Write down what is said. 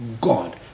God